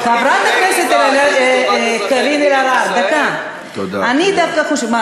חברת הכנסת קארין אלהרר, אני דווקא חושבת, תודה.